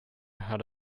had